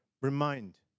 remind